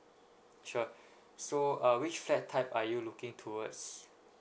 sure so uh which flat type are you looking towards